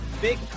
big